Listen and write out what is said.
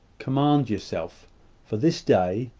command yourself for this day.